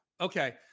Okay